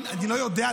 אני לא יודע.